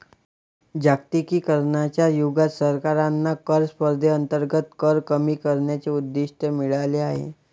जागतिकीकरणाच्या युगात सरकारांना कर स्पर्धेअंतर्गत कर कमी करण्याचे उद्दिष्ट मिळाले आहे